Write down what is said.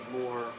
more